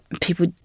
People